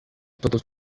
todos